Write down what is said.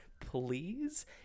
please